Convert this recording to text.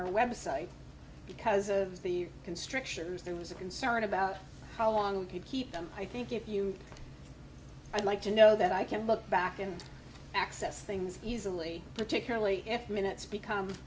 our website because of the constrictions there was a concern about how long could keep them i think if you i'd like to know that i can look back and access things easily particularly if minutes become